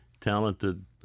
talented